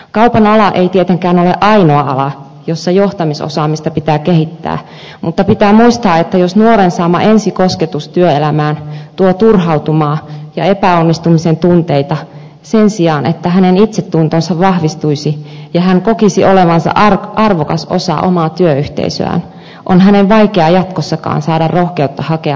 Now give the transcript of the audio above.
kaupan ala ei tietenkään ole ainoa ala jossa johtamisosaamista pitää kehittää mutta pitää muistaa että jos nuoren saama ensikosketus työelämään tuo turhautumaa ja epäonnistumisen tunteita sen sijaan että hänen itsetuntonsa vahvistuisi ja hän kokisi olevansa arvokas osa omaa työyhteisöään on hänen vaikea jatkossakaan saada rohkeutta hakea uusia työpaikkoja